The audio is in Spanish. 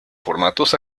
formatos